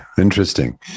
interesting